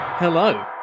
Hello